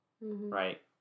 right